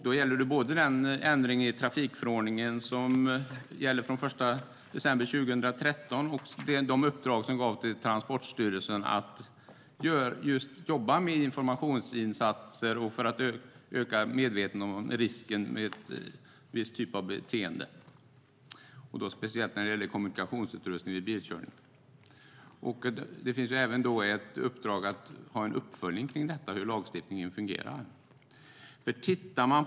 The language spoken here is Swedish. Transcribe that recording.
Det gäller både den ändring i trafikförordningen som infördes den 1 december 2013 och de uppdrag som gavs till Transportstyrelsen att just jobba med informationsinsatser och öka medvetenheten om risken med en viss typ av beteende - och då speciellt när det gäller kommunikationsutrustning vid bilkörning. Det finns även ett uppdrag att göra en uppföljning av hur lagstiftningen kring detta fungerar.